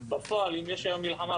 בפועל אם יש מלחמה,